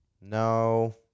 No